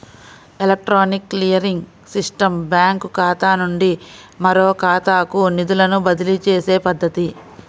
electronic clearing system బ్యాంకుఖాతా నుండి మరొకఖాతాకు నిధులను బదిలీచేసే పద్ధతి